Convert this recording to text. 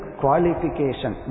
qualification